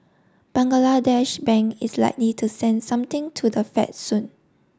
Bangladesh Bank is likely to send something to the Fed soon